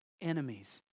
enemies